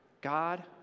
God